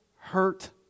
hurt